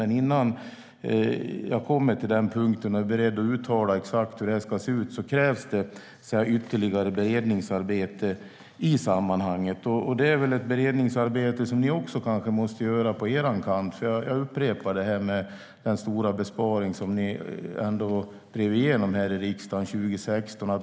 Men innan jag kommer till den punkten och är beredd att uttala exakt hur det ska se ut krävs det ytterligare beredningsarbete. Det är väl ett beredningsarbete som också ni kanske måste göra på er kant. Jag upprepar detta med den stora besparing 2016 som ni drev igenom.